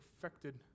affected